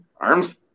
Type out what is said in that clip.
Arms